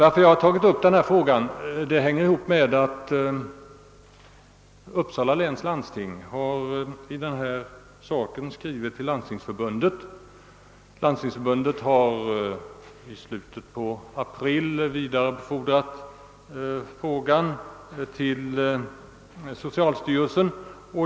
Att jag tagit upp saken hänger samman med att Uppsala läns landsting skrivit till Landstingsförbundet, som i slutet av april vidarebefordrade ärendet till socialstyrelsen.